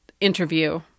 interview